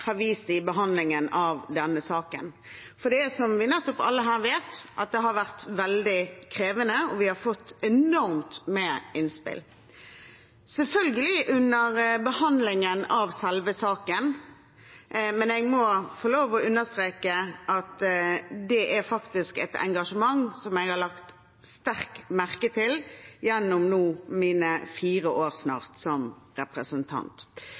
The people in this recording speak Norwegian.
har vist i behandlingen av denne saken, for som vi alle her vet, har det vært veldig krevende, og vi har fått enormt med innspill – selvfølgelig under behandlingen av selve saken, men jeg må få lov å understreke at det faktisk er et engasjement som jeg har lagt sterkt merke til gjennom mine snart fire år som representant.